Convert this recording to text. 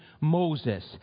Moses